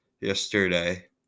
yesterday